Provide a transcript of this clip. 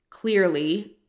Clearly